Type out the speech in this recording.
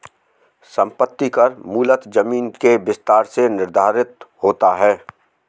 संपत्ति कर मूलतः जमीन के विस्तार से निर्धारित होता है